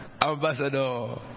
Ambassador